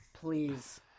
Please